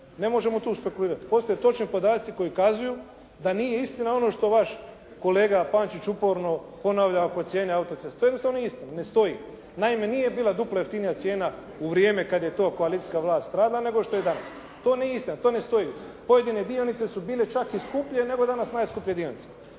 Ne možemo tu špekulirati. Postoje točni podaci koji kazuju da nije istina ono što vaš kolega Pančić uporno ponavlja oko cijene auto-ceste. To jednostavno nije istina. Ne stoji. Naime nije bila duplo jeftinija cijena u vrijeme kad je to koalicijska vlast radila nego što je danas. To nije istina, to ne stoji. Pojedine dionice su bile čak i skuplje nego danas najskuplje dionice.